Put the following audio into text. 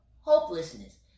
hopelessness